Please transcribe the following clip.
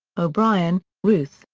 o'brien, ruth,